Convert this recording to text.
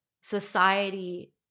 society